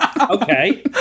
okay